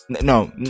no